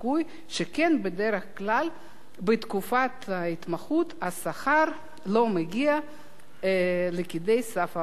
שכן בדרך כלל בתקופת ההתמחות השכר לא מגיע לכדי סף המס.